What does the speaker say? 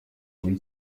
muri